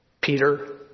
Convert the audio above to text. Peter